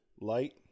light